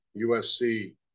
USC